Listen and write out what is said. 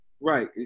Right